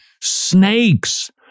snakes